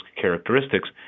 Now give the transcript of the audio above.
characteristics